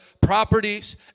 properties